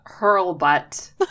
Hurlbutt